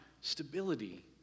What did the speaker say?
stability